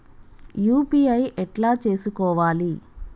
UPI ఎట్లా చేసుకోవాలి?